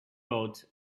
boat